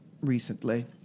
recently